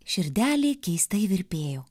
širdelė keistai virpėjo